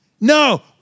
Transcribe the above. No